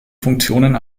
funktionen